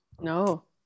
No